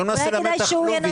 לא מנסה ללמד אותך כלום.